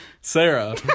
sarah